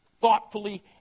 thoughtfully